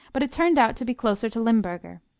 but it turned out to be closer to limburger.